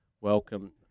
Welcome